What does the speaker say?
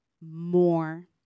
more